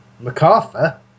MacArthur